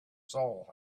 soul